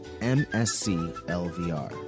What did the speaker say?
M-S-C-L-V-R